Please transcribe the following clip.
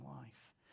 life